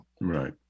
right